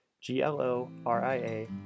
G-L-O-R-I-A